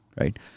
right